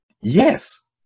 yes